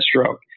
stroke